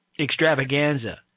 Extravaganza